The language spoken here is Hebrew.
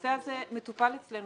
הנושא הזה מטופל אצלנו.